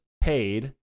paid